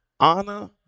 honor